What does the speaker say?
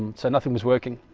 so nothing, was working